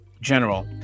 general